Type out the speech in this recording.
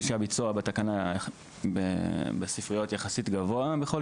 שהביצוע בתקנה בספריות יחסית גבוה בכל